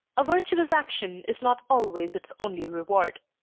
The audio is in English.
a virtuous action is not always its only reward.